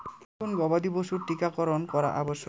কোন কোন গবাদি পশুর টীকা করন করা আবশ্যক?